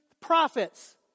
prophets